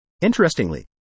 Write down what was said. Interestingly